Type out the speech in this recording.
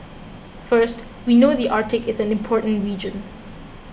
first we know the Arctic is an important region